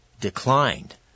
declined